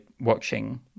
watching